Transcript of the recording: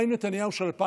מה עם נתניהו של 2023?